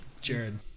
Jared